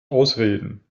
ausreden